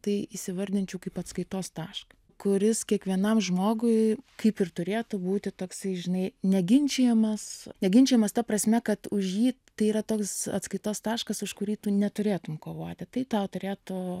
tai įsivardinčiau kaip atskaitos tašką kuris kiekvienam žmogui kaip ir turėtų būti toksai žinai neginčijamas neginčijamas ta prasme kad už jį tai yra toks atskaitos taškas už kurį tu neturėtum kovoti tai tau turėtų